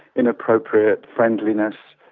inappropriate friendliness,